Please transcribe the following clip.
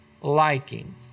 liking